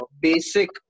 basic